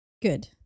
good